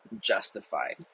justified